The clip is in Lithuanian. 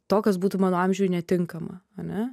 to kas būtų mano amžiui netinkama ane